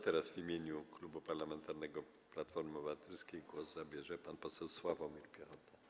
Teraz w imieniu Klubu Parlamentarnego Platforma Obywatelska głos zabierze pan poseł Sławomir Piechota.